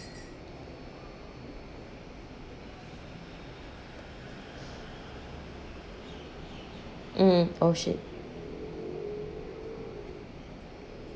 mm oh shit